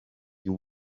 you